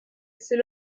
c’est